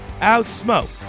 out-smoke